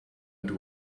and